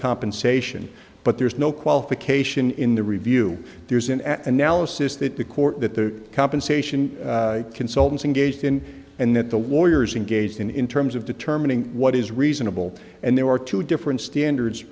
compensation but there's no qualification in the review there's an analysis that the court that the compensation consultants engaged in and that the lawyers engaged in in terms of determining what is reasonable and there are two different standards